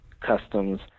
customs